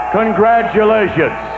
congratulations